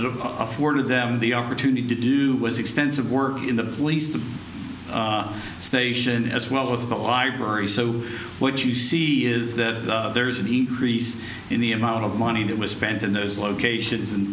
is afforded them the opportunity to do was extensive work in the lease the station as well as the library so what you see is that there's an increase in the amount of money that was spent in those locations and